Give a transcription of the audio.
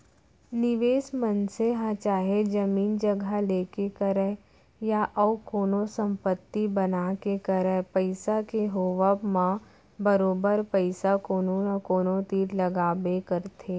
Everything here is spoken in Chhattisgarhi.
निवेस मनसे ह चाहे जमीन जघा लेके करय या अउ कोनो संपत्ति बना के करय पइसा के होवब म बरोबर पइसा कोनो न कोनो तीर लगाबे करथे